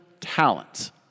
talents